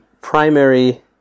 primary